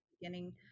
beginning